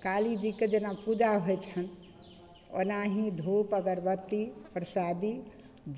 तऽ कालीजीके जेना पूजा होइ छनि ओनाहि धूप अगरबत्ती परसादी